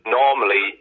normally